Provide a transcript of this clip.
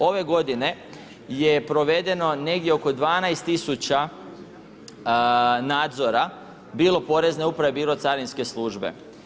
Ove godine je provedeno negdje oko 12 000 nadzora, bilo porezne uprave, bilo carinske službe.